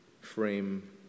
frame